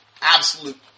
absolute